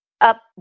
up